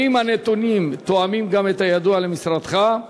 1. האם הנתונים תואמים גם את הידוע למשרדך?